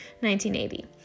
1980